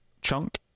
chunk